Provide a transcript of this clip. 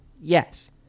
Yes